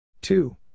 two